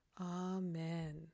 Amen